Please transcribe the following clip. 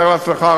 תאר לעצמך,